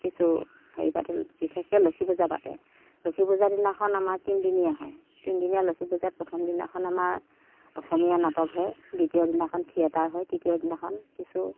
কিছু হেৰি পাতে বিশেষকৈ লক্ষী পূজা পাতে লক্ষী পূজাৰ দিনাখন আমাৰ তিনিদিনীয়া হয় তিনিদিনীয়া লক্ষী পূজাত প্ৰথমদিনাখন আমাৰ অসমীয়া নাটক হয় দ্বিতীয় দিনাখন থিয়েটাৰ হয় তৃতীয় দিনাখন কিছু